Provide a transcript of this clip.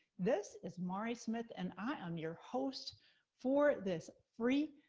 this is mari smith, and i am your host for this free,